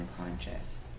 unconscious